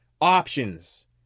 options